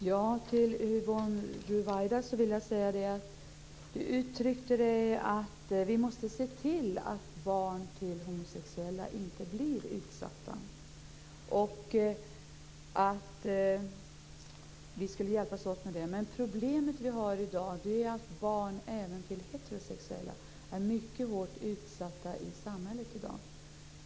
Fru talman! Yvonne Ruwaida sade att vi måste se till att barn till homosexuella inte blir utsatta och att vi skulle hjälpas åt med det. Men problemet är att även barn till heterosexuella är mycket hårt utsatta i dagens samhälle.